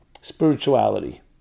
spirituality